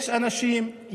יש אנשים,